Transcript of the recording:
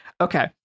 Okay